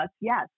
yes